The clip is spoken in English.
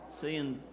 Seeing